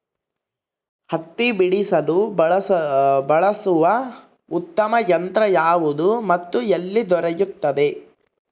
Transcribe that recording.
ಹತ್ತಿ ಬಿಡಿಸಲು ಬಳಸುವ ಉತ್ತಮ ಯಂತ್ರ ಯಾವುದು ಮತ್ತು ಎಲ್ಲಿ ದೊರೆಯುತ್ತದೆ?